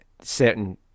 certain